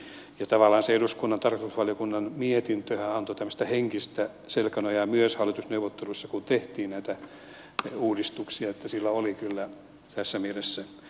tavallaan se eduskunnan tarkastusvaliokunnan mietintöhän antoi tällaista henkistä selkänojaa myös hallitusneuvotteluissa kun tehtiin näitä uudistuksia joten sillä oli kyllä tässä mielessä merkitystä